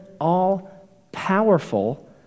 all-powerful